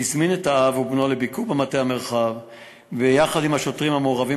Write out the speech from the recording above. והזמין את האב ובנו לביקור במטה המרחב יחד עם השוטרים המעורבים